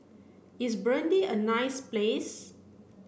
is Burundi a nice place